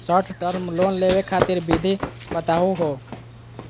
Short term loan लेवे खातीर विधि बताहु हो?